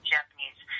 Japanese